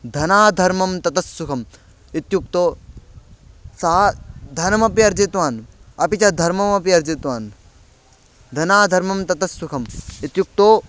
धनाद्धर्मं ततस्सुखम् इत्युक्तौ सा धनमपि अर्जितवान् अपि च धर्ममपि अर्जित्वान् धनाद्धर्मं ततस्सुखम् इत्युक्तौ